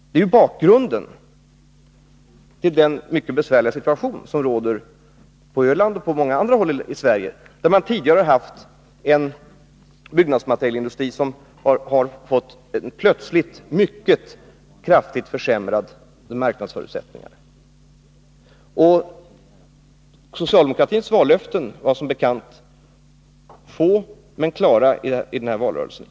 Det är bakgrunden till den mycket besvärliga situation som råder på Öland och på många andra håll i landet, där byggnadsmaterialindustrin plötsligt har fått kraftigt försämrade marknadsförutsättningar. Socialdemokratins vallöften i förra årets valrörelse var som bekant få men klara.